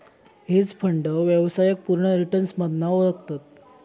hedge fund व्यवसायाक पुर्ण return मधना ओळखतत